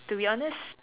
to be honest